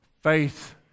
faith